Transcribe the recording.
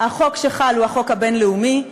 החוק שחל הוא החוק הבין-לאומי,